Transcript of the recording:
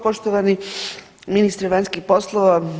Poštovani ministre vanjskih poslova.